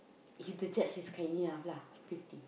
into charge he's cleaning off lah fifty